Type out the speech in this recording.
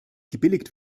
gebilligt